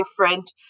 different